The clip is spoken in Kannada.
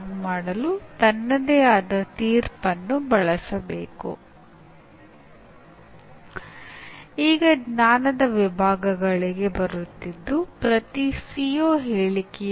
ಮತ್ತು ಇಲ್ಲಿ ನಡವಳಿಕೆಯ ಶಾಲೆಯು ನುಡಿದಂತೆ ಕಂಡೀಷನಿಂಗ್ ಮೂಲಕ ಹೊಸ ನಡವಳಿಕೆಯನ್ನು ಪಡೆದುಕೊಳ್ಳುವುದು ಕಲಿಕೆ